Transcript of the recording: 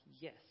yes